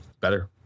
better